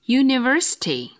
university